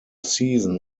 season